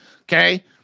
Okay